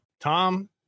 Tom